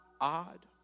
odd